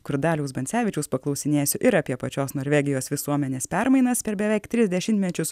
kur daliaus bancevičiaus paklausinėsiu ir apie pačios norvegijos visuomenės permainas per beveik tris dešimtmečius